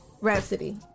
Rhapsody